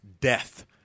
death